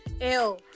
Ew